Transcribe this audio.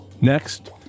Next